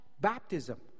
baptism